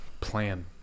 plan